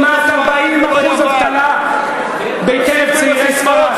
כמעט 40% אבטלה בקרב צעירי ספרד.